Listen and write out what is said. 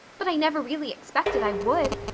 but i never really expected i would.